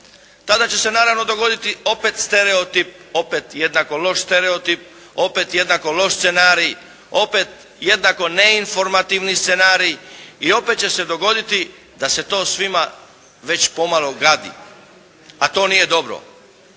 tada će se naravno dogoditi opet stereotip, opet jednako loš stereotip, opet jednako loš scenarij, opet jednako neinformativni scenarij i opet će se dogoditi da se to svima već pomalo gadi, a to nije dobro.